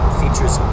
features